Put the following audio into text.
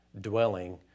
dwelling